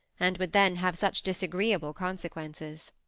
and would then have such disagreeable consequences.